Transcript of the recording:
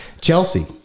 Chelsea